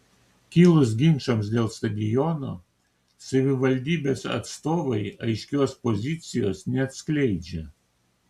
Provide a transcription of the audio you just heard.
kilus ginčams dėl stadiono savivaldybės atstovai aiškios pozicijos neatskleidžia